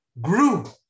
grew